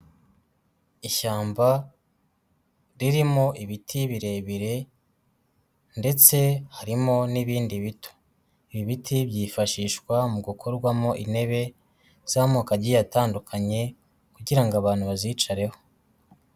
Ishyamba ririmo ibiti birebire ndetse harimo n'ibindi bito, ibiti byifashishwa mu gukorwamo intebe z'amoko agiye atandukanye kugira ngo abantu bazicareho.